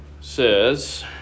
says